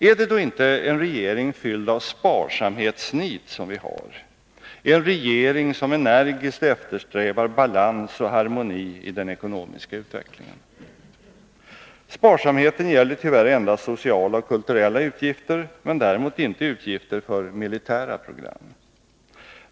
Är det då inte en regering fylld av sparsamhetsnit som vi har, en regering som energiskt eftersträvar balans och harmoni i den ekonomiska utvecklingen? Sparsamheten gäller tyvärr endast sociala och kulturella utgifter, men däremot inte utgifter för militära program.